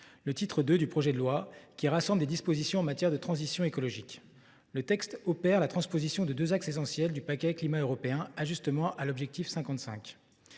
au titre II du projet de loi, qui rassemble des dispositions en matière de transition écologique. Le texte opère la transposition de deux axes essentiels du paquet climat européen Ajustement à l’objectif 55